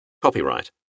Copyright